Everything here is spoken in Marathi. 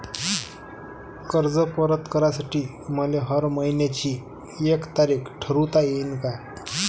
कर्ज परत करासाठी मले हर मइन्याची एक तारीख ठरुता येईन का?